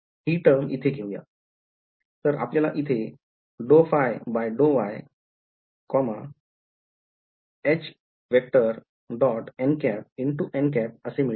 हि टर्म इथे घेऊयात तर आपल्याला इथे ∂ϕ∂y असे मिळते